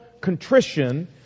contrition